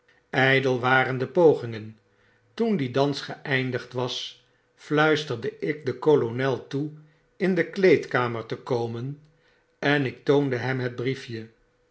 ijdel waren de pogingen toen die dans geeindigd was fluisterde ik den kolonel toe in de kleedkamer te komen en ik toonde hem het briefje